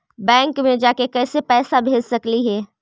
Bank मे जाके कैसे पैसा भेज सकली हे?